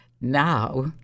Now